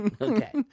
Okay